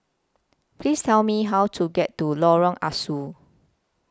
Please Tell Me How to get to Lorong Ah Soo